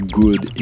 good